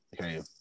okay